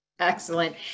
Excellent